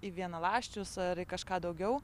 į vienaląsčius ar į kažką daugiau